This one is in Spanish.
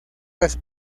las